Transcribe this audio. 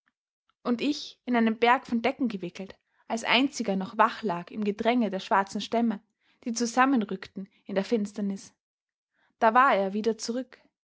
und ich in einen berg von decken gewickelt als einziger noch wach lag im gedränge der schwarzen stämme die zusammenrückten in der finsternis da war er wieder zurück